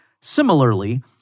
Similarly